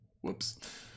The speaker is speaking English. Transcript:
Whoops